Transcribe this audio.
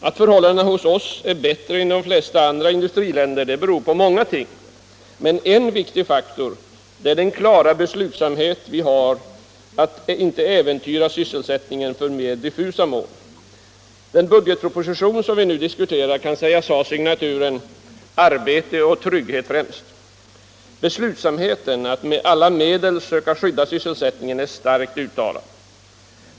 Att förhållandena hos oss är bättre än i de flesta andra industriländer beror på många ting, men en viktig faktor är den klara beslutsamhet vi visar att inte äventyra sysselsättningen för mer diffusa mål. Den budgetproposition som vi nu diskuterar kan sägas ha signaturen ”arbete och trygghet främst”. Beslutsamheten att med alla medel skydda sysselsättningen är starkt uttalad.